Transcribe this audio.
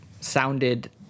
sounded